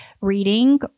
reading